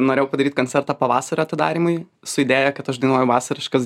norėjau padaryt koncertą pavasario atidarymui su idėja kad aš dainuoju vasariškas